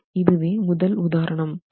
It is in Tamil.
இதுவே முதல் உதாரணம் ஆகும்